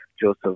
Joseph